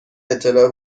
اطلاع